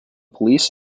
police